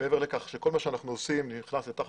מעבר לכך שכל מה שאנחנו עושים נכנס תחת